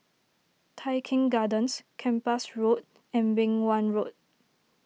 Tai Keng Gardens Kempas Road and Beng Wan Road